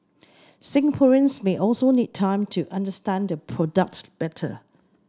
Singaporeans may also need time to understand the product better